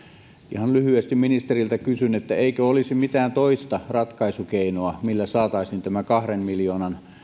ihan lyhyesti ministeriltä kysyn eikö olisi mitään toista ratkaisukeinoa millä saataisiin tämä kahden miljoonan